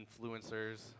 influencers